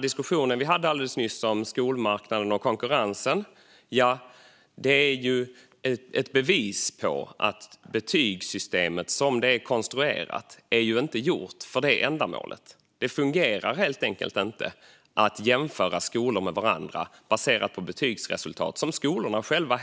Diskussionen alldeles nyss om skolmarknaden och konkurrensen är ett bevis på att betygssystemet som det är konstruerat inte är gjort för det ändamålet. Det fungerar helt enkelt inte att jämföra skolor med varandra baserat på betygsresultat som skolorna själva